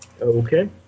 Okay